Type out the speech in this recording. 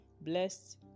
blessed